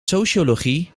sociologie